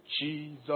Jesus